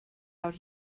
out